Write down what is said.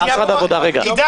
כפי שקבע שר העבודה בבחירות